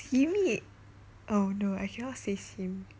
simi oh no I cannot say sim~